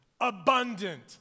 abundant